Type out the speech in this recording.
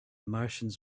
martians